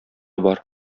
бар